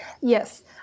Yes